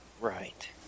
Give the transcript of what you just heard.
Right